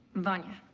vanya.